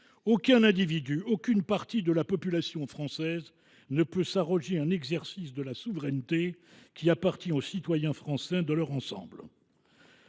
Aucun individu, aucune partie de la population française, ne peut s’arroger un exercice de la souveraineté qui appartient aux citoyens français dans leur ensemble.